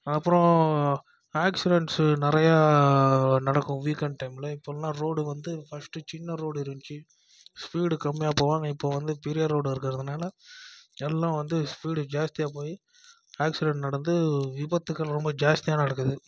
அப்புறம் ஆக்சிடண்ட்ஸு நிறையா நடக்கும் வீக்கெண்ட் டைமில் இப்போலாம் ரோடு வந்து ஃபஸ்ட்டு சின்ன ரோடு இருந்துச்சு ஸ்பீடு கம்மியாக போவாங்க இப்போது வந்து பெரிய ரோடாக இருக்கறதுனால் எல்லாம் வந்து ஸ்பீடு ஜாஸ்தியாக போய் ஆக்சிடண்ட் நடந்து விபத்துகள் ரொம்ப ஜாஸ்தியாக நடக்குது